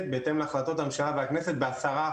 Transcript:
בהתאם להחלטות הממשלה והכנסת ב-10%.